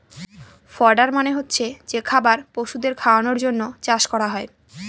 fodder মানে হচ্ছে যে খাবার পশুদের খাওয়ানোর জন্য চাষ করা হয়